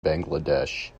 bangladesh